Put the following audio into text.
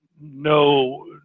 no